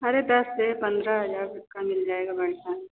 अरे दस से पंद्रह हजार तक का मिल जाएगा बढ़िया